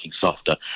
softer